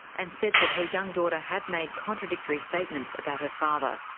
and said that her young daughter had made contradictory statements about her father.